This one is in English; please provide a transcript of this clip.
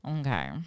Okay